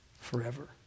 forever